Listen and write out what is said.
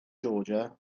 georgia